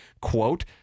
Quote